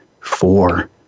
four